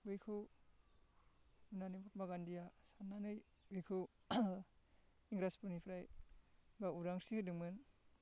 बैखौ नुनानै महत्मा गान्दिया साननानै बिखौ इंग्रासफोरनिफ्राय एबा उदांस्रि होदोंमोन